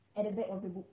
at the back of the book